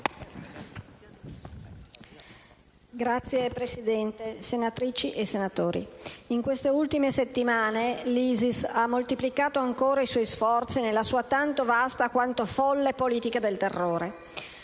Signor Presidente, onorevoli senatrici e senatori, in queste ultime settimane l'ISIS ha moltiplicato ancora i suoi sforzi nella sua tanto vasta quanto folle politica del terrore,